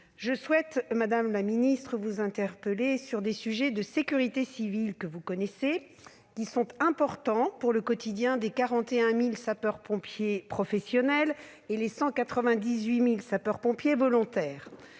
ma part, madame la ministre, vous interpeller sur des sujets de sécurité civile que vous connaissez. Ces enjeux sont importants pour le quotidien des 41 000 sapeurs-pompiers professionnels et des 198 000 sapeurs-pompiers volontaires.